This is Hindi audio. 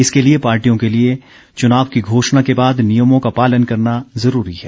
इसके लिए पार्टियों के लिए चुनाव की घोषणा के बाद नियमों का पालन करना जरूरी है